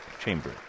chamber